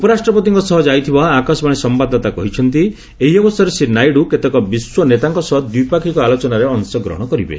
ଉପରାଷ୍ଟ୍ରପତିଙ୍କ ସହ ଯାଇଥିବା ଆକାଶବାଣୀ ସମ୍ବାଦଦାତା କହିଛନ୍ତି ଏହି ଅବସରରେ ଶ୍ରୀ ନାଇଡୁ କେତକେ ବିଶ୍ୱ ନେତାଙ୍କ ସହ ଦ୍ୱିପାକ୍ଷିକ ଆଲୋଚନାରେ ଅଂଶଗ୍ରହଣ କରିବେ